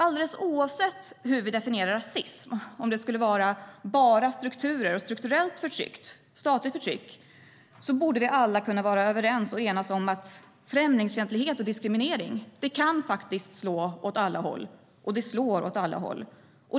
Alldeles oavsett hur vi definierar rasism, alltså om det enbart skulle vara ett strukturellt och statligt förtryck, borde vi alla kunna vara överens och enas om att främlingsfientlighet och diskriminering faktiskt kan slå åt alla håll. Det slår också åt alla håll.